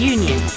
Union